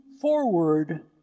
forward